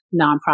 nonprofit